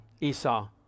Esau